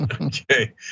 okay